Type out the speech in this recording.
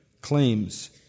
claims